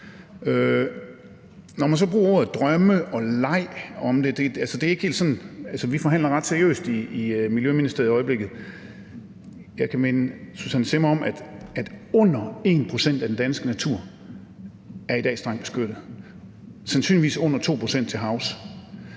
Man bruger så ordene drømme og leg om det, og det er ikke helt sådan, vi forhandler. Altså, vi forhandler ret seriøst i Miljøministeriet i øjeblikket. Jeg kan minde Susanne Zimmer om, at under 1 pct. af den danske natur er strengt beskyttet i dag, og sandsynligvis under 2 pct. til havs.